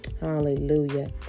Hallelujah